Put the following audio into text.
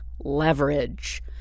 leverage